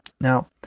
Now